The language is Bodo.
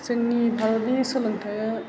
जोंनि भारतनि सोलोंथाइया